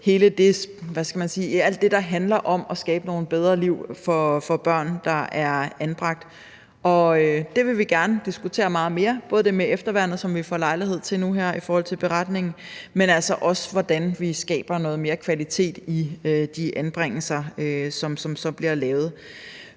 alt det, der handler om at skabe nogle bedre liv for børn, der er anbragt. Det vil vi gerne diskutere meget mere – både det med efterværnet, som vi får lejlighed til nu her i forhold til beretningen, men altså også hvordan vi skaber noget mere kvalitet i de anbringelser, som så bliver lavet.